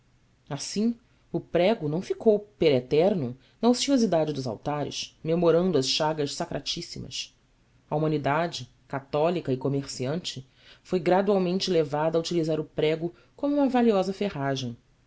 assim o prego não ficou per eternum na ociosidade dos altares memorando as chagas sacratíssimas a humanidade católica e comerciante foi gradualmente levada a utilizar o prego como uma valiosa ferragem